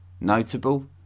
Notable